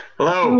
Hello